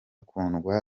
kundwa